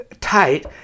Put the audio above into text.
tight